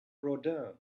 rodin